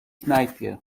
knajpie